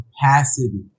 capacity